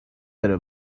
داره